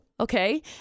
Okay